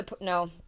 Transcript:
no